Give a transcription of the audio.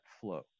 flow